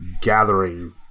gathering